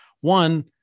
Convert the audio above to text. One